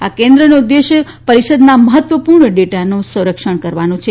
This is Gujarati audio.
આ કેન્દ્રનો ઉદેશ્ય પરીષદના મહત્વપુર્ણ ડેટાનું સંરક્ષણ કરવાનો છે